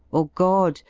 or god,